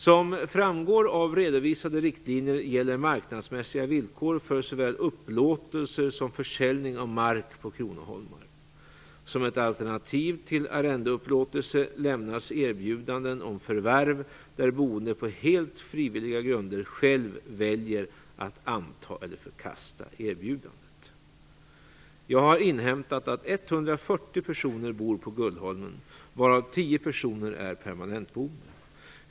Som framgår av redovisade riktlinjer gäller marknadsmässiga villkor för såväl upplåtelser som försäljning av mark på kronoholmar. Som ett alternativ till arrendeupplåtelse lämnas erbjudanden om förvärv där boende på helt frivilliga grunder själv väljer att anta eller förkasta erbjudandet. Jag har inhämtat att 140 personer bor på Gullholmen, varav 10 personer är permanentboende.